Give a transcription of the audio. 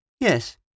Yes